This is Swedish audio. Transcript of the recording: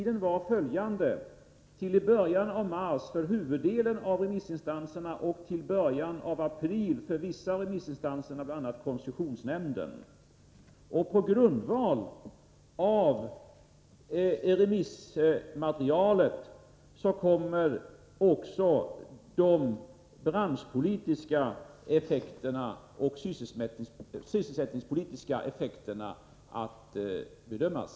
Den var följande: till början av mars för huvuddelen av et remissinstanserna och till början av april för vissa remissinstanser, bl.a. koncessionsnämnden för miljöskydd. På grundval av remissmaterialet kommer också de branschpolitiska och de sysselsättningspolitiska effekterna att bedömas.